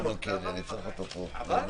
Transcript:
קראנו עדיין את הכול, ויש בפני